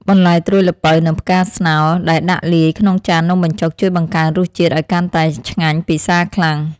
បន្លែត្រួយល្ពៅនិងផ្កាស្នោដែលដាក់លាយក្នុងចាននំបញ្ចុកជួយបង្កើនរសជាតិឱ្យកាន់តែឆ្ងាញ់ពិសាខ្លាំង។